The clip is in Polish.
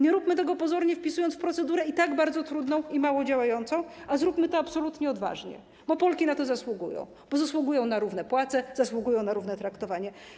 Nie róbmy tego pozornie, wpisując w procedurę i tak bardzo trudną i mało działającą, a zróbmy to absolutnie odważnie, bo Polki na to zasługują, bo zasługują na równe płace, zasługują na równe traktowanie.